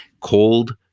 cold